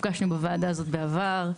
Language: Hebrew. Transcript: נפגשנו בוועדה הזאת בעבר.